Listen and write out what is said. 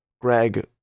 Greg